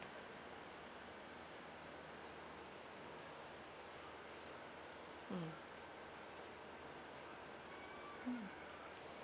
mm